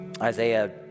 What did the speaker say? Isaiah